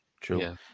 true